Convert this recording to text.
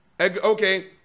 Okay